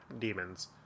demons